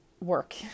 work